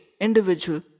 individual